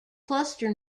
cluster